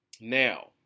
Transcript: Now